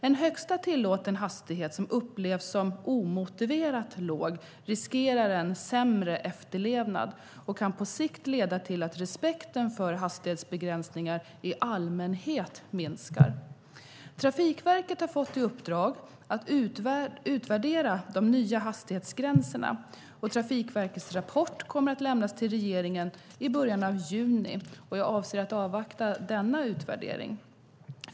En högsta tillåten hastighet som upplevs som omotiverat låg riskerar en sämre efterlevnad och kan på sikt leda till att respekten för hastighetsbegränsningar i allmänhet minskar. Trafikverket har fått i uppdrag att utvärdera de nya hastighetsgränserna. Trafikverkets rapport kommer att lämnas till regeringen i början av juni. Jag avser att avvakta denna utvärdering.